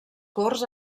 corts